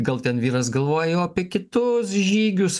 gal ten vyras galvojo apie kitus žygius